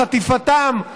חטיפתם,